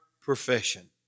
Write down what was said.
profession